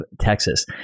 Texas